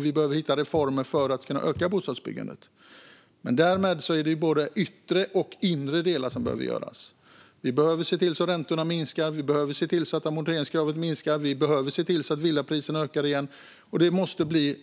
Vi behöver hitta reformer för att kunna öka bostadsbyggandet. Men då är det både yttre och inre delar som behöver göras. Vi behöver se till att räntorna sänks. Vi behöver se till att amorteringskravet minskar. Vi behöver se till att villapriserna ökar igen. Och det måste bli